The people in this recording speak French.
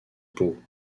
pau